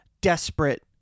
desperate